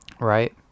Right